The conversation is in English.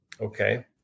okay